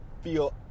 feel